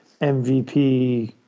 MVP